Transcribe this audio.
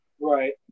Right